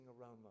aroma